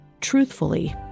truthfully